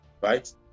right